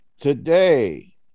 Today